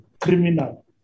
criminal